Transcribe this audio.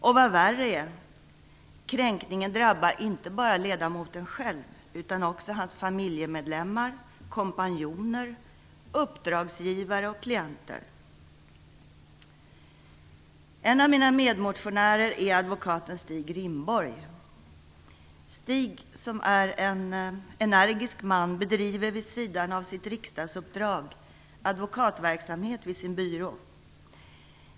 Och vad värre är - kränkningen drabbar inte bara ledamoten själv utan också hans familjemedlemmar, kompanjoner, uppdragsgivare och klienter. En av mina medmotionärer är advokaten Stig Rindborg. Han är en energisk man och bedriver vid sidan av sitt riksdagsuppdrag advokatverksamhet vid sin byrå.